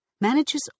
manages